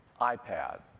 iPad